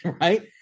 right